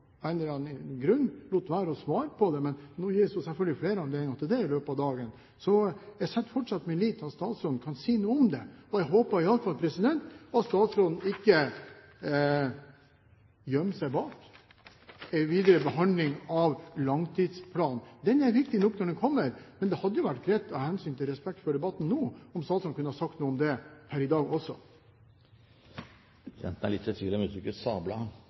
en eller annen grunn lot være å svare på det, men nå gis hun jo selvfølgelig flere anledninger til det i løpet av dagen, så jeg setter fortsatt min lit til at statsråden kan si noe om det. Jeg håper i alle fall at statsråden ikke gjemmer seg bak en videre behandling av langtidsplanen. Den er viktig nok når den kommer, men det hadde jo vært greit – av hensyn til respekt for debatten nå – om statsråden kunne ha sagt noe om det her i dag også. Presidenten er litt i tvil om uttrykket